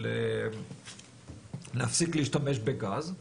של להפסיק להשתמש בגז.